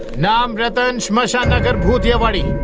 name rattan. shamshan nagar bhootiyawadi.